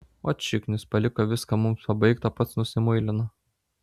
ot šiknius paliko viską mums pabaigt o pats nusimuilino